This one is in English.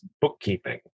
bookkeeping